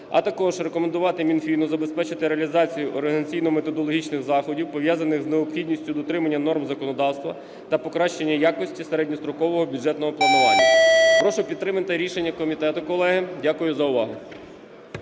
а також рекомендувати Мінфіну забезпечити реалізацію організаційно-методологічних заходів, пов'язаних з необхідністю дотримання норм законодавства та покращення якості середньострокового бюджетного планування. Прошу підтримати рішення комітету, колеги. Дякую за увагу.